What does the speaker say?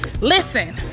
Listen